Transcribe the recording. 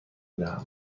دهم